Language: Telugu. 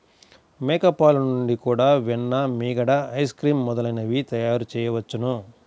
మేక పాలు నుండి కూడా వెన్న, మీగడ, ఐస్ క్రీమ్ మొదలైనవి తయారుచేయవచ్చును